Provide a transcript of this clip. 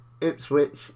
Ipswich